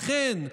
אכן,